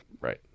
Right